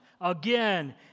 again